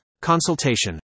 Consultation